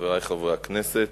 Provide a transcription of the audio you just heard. חברי חברי הכנסת,